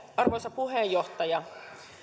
arvoisa puheenjohtaja